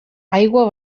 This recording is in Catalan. aigua